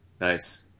Nice